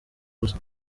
gusa